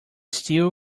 stew